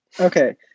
Okay